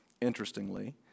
interestingly